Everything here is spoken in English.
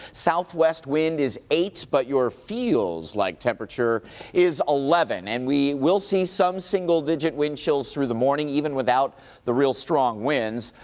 southwest wind is eight, but the feels-like temperature is eleven. and we will see some single-digit wind chills through the morning, even without the real strong winds.